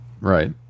right